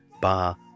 bar